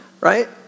right